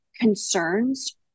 concerns